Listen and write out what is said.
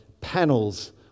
panels